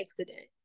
accident